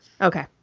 Okay